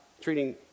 treating